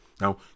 now